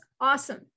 awesome